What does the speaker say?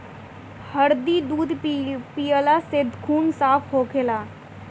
हरदी दूध पियला से खून साफ़ होखेला